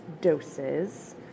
Doses